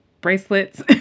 bracelets